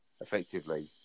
effectively